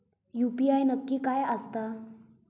UPI नक्की काय आसता?